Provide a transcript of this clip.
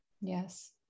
yes